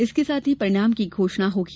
इसके बाद ही परिणाम की घोषणा होगी